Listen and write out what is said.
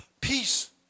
Peace